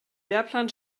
lehrplan